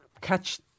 catch